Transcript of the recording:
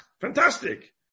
fantastic